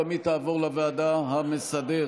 גם היא תעבור לוועדה המסדרת.